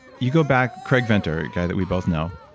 you go back, craig venter, a guy that we both know,